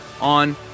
on